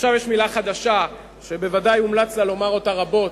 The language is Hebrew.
עכשיו מלה חדשה שבוודאי הומלץ לה לומר אותה רבות,